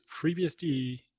FreeBSD